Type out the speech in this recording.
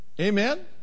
Amen